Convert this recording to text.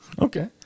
Okay